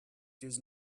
this